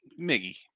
Miggy